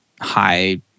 high